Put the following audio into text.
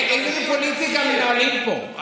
איזה מין פוליטיקה מנהלים פה?